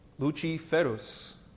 Luciferus